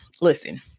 Listen